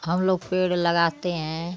हम लोग पेड़ लगाते हैं